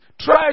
try